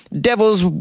devil's